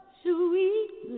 sweet